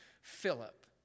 Philip